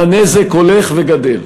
והנזק הולך וגדל.